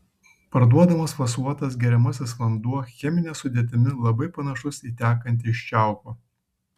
parduodamas fasuotas geriamasis vanduo chemine sudėtimi labai panašus į tekantį iš čiaupo